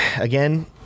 Again